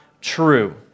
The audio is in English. true